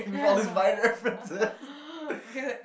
yeah be like